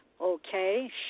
Okay